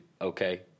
Okay